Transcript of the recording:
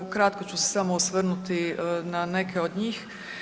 Ukratko ću se samo osvrnuti na neke od njih.